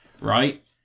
right